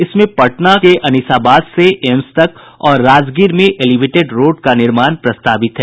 इसमें पटना के अनिसाबाद से एम्स तक और राजगीर में एलिवेटेड रोड का निर्माण प्रस्तावित है